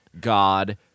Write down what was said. God